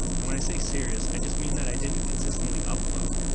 and when i say serious, i just mean that i didn't consistently upload,